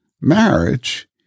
Marriage